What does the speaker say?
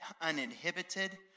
uninhibited